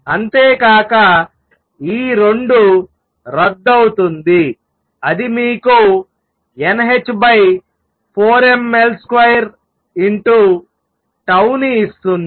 అంతేకాక ఈ 2 రద్దు అవుతుంది అది మీకు nh4ml2τ ని ఇస్తుంది